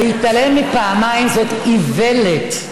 להתעלם פעמיים זאת איוולת.